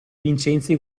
vincenzi